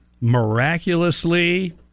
miraculously